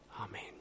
Amen